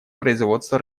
производства